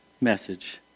message